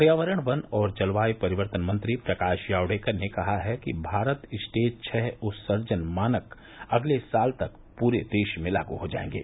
पर्यावरण वन और जलवायू परिवर्तन मंत्री प्रकाश जावड़ेकर ने कहा है कि भारत स्टेज छः उत्सर्जन मानक अगले साल तक पूरे देश में लागू हो जायेंगे